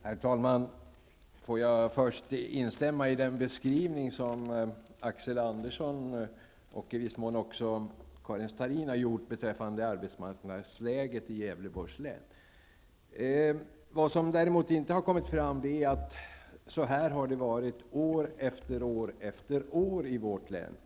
Herr talman! Låt mig först instämma i den beskrivning som Axel Andersson och i viss mån också Karin Starrin har gjort beträffande arbetsmarknadsläget i Gävleborgs län. Men vad som inte har kommit fram är att det har varit så i vårt län år efter år.